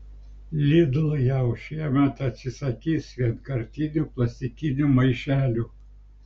lidl jau šiemet atsisakys vienkartinių plastikinių maišelių